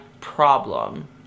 problem